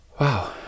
Wow